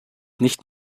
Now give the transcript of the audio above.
nicht